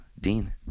Dean